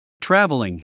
traveling